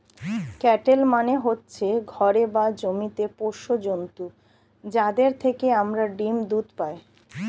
cattle মানে হচ্ছে ঘরে বা জমিতে পোষ্য জন্তু যাদের থেকে আমরা ডিম, দুধ পাই